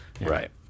Right